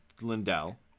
Lindell